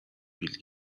بیل